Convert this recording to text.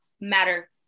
matter